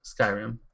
Skyrim